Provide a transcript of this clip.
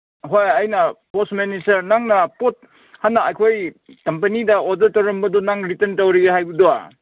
ꯑꯍꯣꯏ ꯑꯩꯅ ꯄꯣꯁꯃꯦꯟꯅꯤꯁꯦ ꯅꯪꯅ ꯄꯣꯠ ꯍꯥꯟꯅ ꯑꯩꯈꯣꯏ ꯀꯝꯄꯅꯤꯗ ꯑꯣꯗꯔ ꯇꯧꯔꯝꯕꯗꯣ ꯅꯪ ꯔꯤꯇꯟ ꯇꯧꯔꯒꯦ ꯍꯥꯏꯕꯗꯣ